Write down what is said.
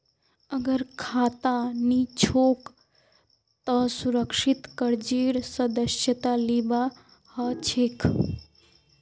अगर खाता नी छोक त सुरक्षित कर्जेर सदस्यता लिबा हछेक